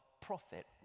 profit